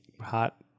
hot